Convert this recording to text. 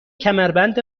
کمربند